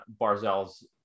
Barzell's